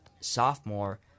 sophomore